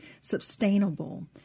sustainable